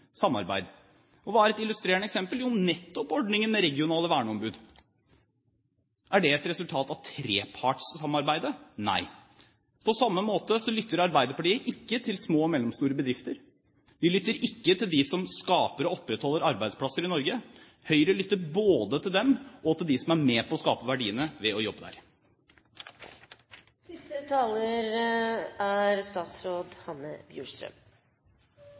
et illustrerende eksempel? Jo, nettopp ordningen med regionale verneombud. Er det et resultat av trepartssamarbeidet? Nei. På samme måte lytter Arbeiderpartiet ikke til små og mellomstore bedrifter. De lytter ikke til dem som skaper og opprettholder arbeidsplasser i Norge. Høyre lytter både til dem og til dem som er med på å skape verdiene ved å jobbe